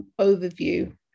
overview